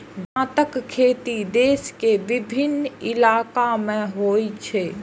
गन्नाक खेती देश के विभिन्न इलाका मे होइ छै